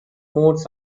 modes